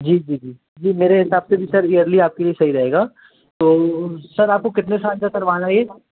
जी जी जी जी सर मेरे हिसाब से भी सर ईयरली आपके लिए सही रहेगा तो सर आपको कितने साल का करवाना है यह